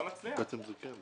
לא נצליח.